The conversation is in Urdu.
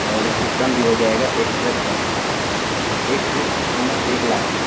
اور اس سے کم بھی ہو جائے گا ایک ٹرک کا ایک ٹرک کی قیمت ایک لاکھ ہے